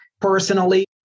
Personally